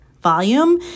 volume